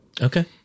Okay